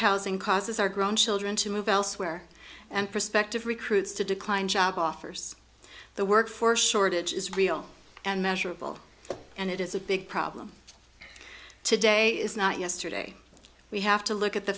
housing causes our grandchildren to move elsewhere and perspective recruits to decline job offers the workforce shortage is real and measurable and it is a big problem today is not yesterday we have to look at the